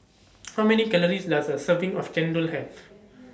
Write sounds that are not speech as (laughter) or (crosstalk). (noise) How Many Calories Does A Serving of Chendol Have (noise)